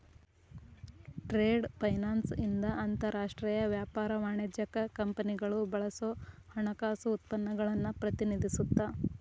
trade finance ಇಂದ ಅಂತರಾಷ್ಟ್ರೇಯ ವ್ಯಾಪಾರ ವಾಣಿಜ್ಯಕ್ಕ ಕಂಪನಿಗಳು ಬಳಸೋ ಹಣಕಾಸು ಉತ್ಪನ್ನಗಳನ್ನ ಪ್ರತಿನಿಧಿಸುತ್ತ